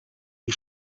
die